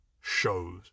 shows